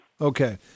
Okay